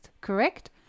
correct